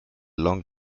long